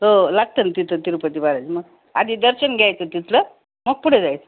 हो लागतं न तिथं तिरुपती बालाजी मग आधी दर्शन घ्यायचं तिथलं मग पुढे जायचं